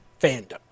fandom